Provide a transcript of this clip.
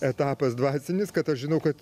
etapas dvasinis kad aš žinau kad